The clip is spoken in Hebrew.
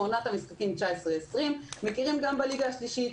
והחל מעונת המשחקים 2020-2019 מכירים גם בליגה השלישית.